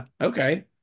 okay